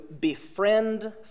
befriend